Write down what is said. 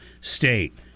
state